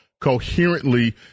coherently